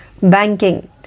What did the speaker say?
Banking